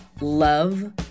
love